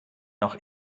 noch